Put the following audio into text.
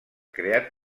creat